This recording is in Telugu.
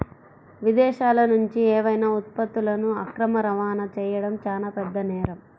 విదేశాలనుంచి ఏవైనా ఉత్పత్తులను అక్రమ రవాణా చెయ్యడం చానా పెద్ద నేరం